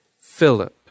Philip